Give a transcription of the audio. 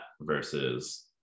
versus